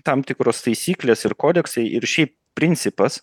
tam tikros taisyklės ir kodeksai ir šį principas